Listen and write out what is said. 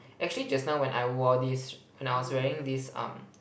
actually just now when I wore this when I was wearing this um